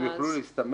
הם יוכלו להסתמך